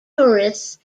tourists